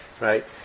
Right